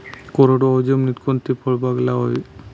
कोरडवाहू जमिनीत कोणती फळबाग लावावी?